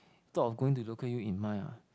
thought of going to local U in mind ah